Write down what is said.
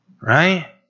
Right